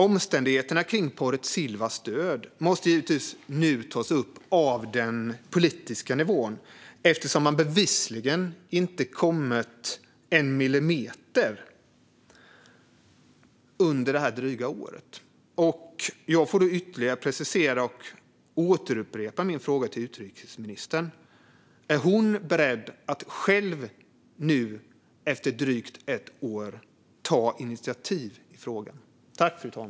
Omständigheterna kring paret Silvas död måste nu givetvis tas upp på den politiska nivån, eftersom man bevisligen inte har kommit en millimeter under drygt ett år. Jag får därför ytterligare precisera och upprepa min fråga till utrikesministern: Är hon beredd att nu själv, efter drygt ett år, ta initiativ i frågan?